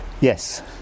Yes